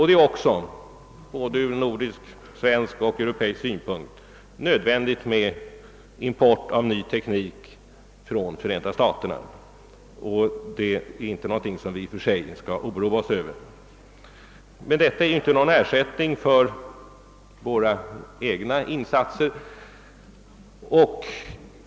Det är också — ur såväl svensk, nordisk som europeisk synpunkt — nödvändigt med import av ny teknik från Förenta staterna, vilket vi i och för sig inte skall oroa oss över. Det förhållandet att vi kan utnyttja amerikanska forskarrön är dock inte någon ersättning för våra egna insatser.